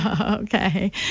Okay